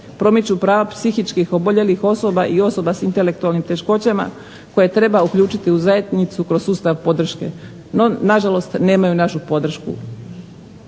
promiču prava psihički oboljelih osoba i osoba s intelektualnim teškoćama koje treba uključiti u zajednicu kroz sustav podrške, no nažalost nemaju našu podršku.